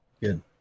Good